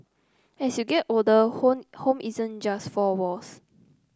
as you get older home isn't just four walls